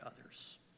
others